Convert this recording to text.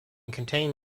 contain